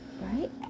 Right